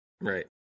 Right